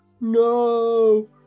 No